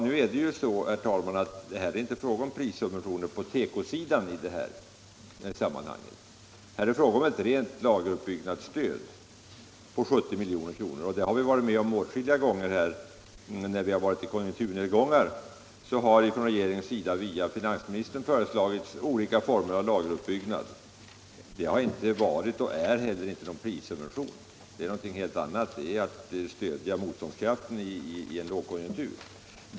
Nu är det, herr talman, i detta sammanhang inte fråga om prissubventioner på tekosidan. Här är det fråga om ett rent lageruppbyggnadsstöd på 70 milj.kr. Vid flera tillfällen när det varit konjunkturnedgång har regeringen via finansministern föreslagit olika former av lageruppbyggnad. Det har inte varit och är inte heller någon prissubvention. Det är något helt annat, det är att stödja motståndskraften i en lågkonjunktur.